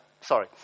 Sorry